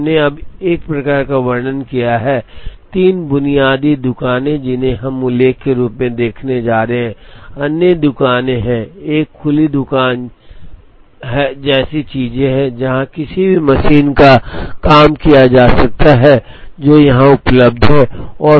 इसलिए हमने अब एक प्रकार का वर्णन किया है तीन बुनियादी दुकानें जिन्हें हम उल्लेख के रूप में देखने जा रहे हैं अन्य दुकानें हैं एक खुली दुकान जैसी चीजें हैं जहां किसी भी मशीन पर काम किया जा सकता है जो यहां उपलब्ध है